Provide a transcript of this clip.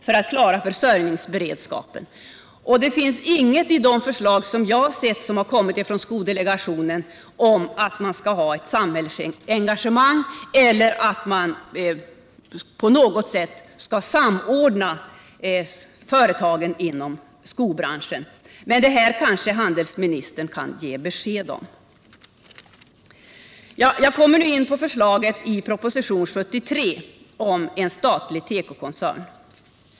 I de förslag som jag har sett från skodelegationen finns det ingenting om att man skall ha ett samhällsengagemang eller att man på något sätt skall samordna företagen inom skobranschen. Men detta kanske handelsministern kan ge besked om. Jag kommer nu in på förslaget i propositionen 73 om en statlig tekokoncern.